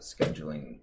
scheduling